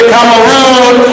Cameroon